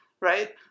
right